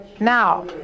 Now